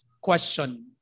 question